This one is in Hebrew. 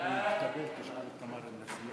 סעיף 1, כהצעת הוועדה,